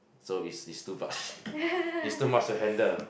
so it's it's too much it's too much to handle